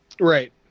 Right